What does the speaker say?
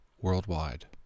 worldwide